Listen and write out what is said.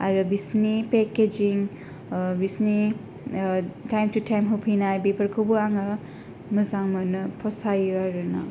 आरो बिसिनि पेकेजिं बिसिनि थाइम थु थाइम होफैनाय बेफोरखौबो आङो मोजां मोनो फसायो आरोना